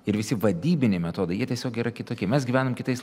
ir visi vadybiniai metodai jie tiesiog yra kitokie mes gyvenam kitais